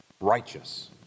righteous